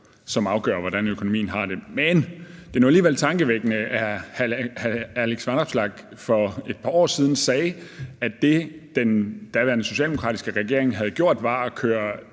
der afgør, hvordan økonomien har det. Men det er nu alligevel tankevækkende, at hr. Alex Vanopslagh for et par år siden sagde, at det, den daværende socialdemokratiske regering havde gjort, var at køre